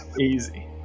easy